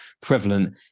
prevalent